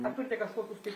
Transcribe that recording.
ar turite kažkokius tai